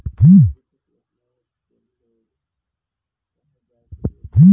जैविक खेती अपनावे के लोग काहे जोड़ दिहल जाता?